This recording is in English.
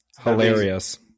hilarious